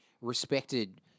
respected